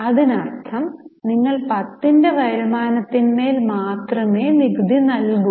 അതിനർത്ഥം നിങ്ങൾ 10 ന്റെ വരുമാനത്തിന്മേൽ മാത്രമേ നികുതി നൽകൂ